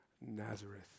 Nazareth